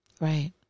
Right